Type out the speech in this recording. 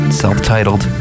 self-titled